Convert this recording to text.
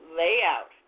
layout